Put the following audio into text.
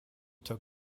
took